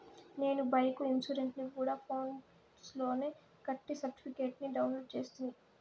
నేను బైకు ఇన్సూరెన్సుని గూడా ఫోన్స్ లోనే కట్టి సర్టిఫికేట్ ని డౌన్లోడు చేస్తిని